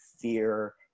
fear